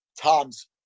tom's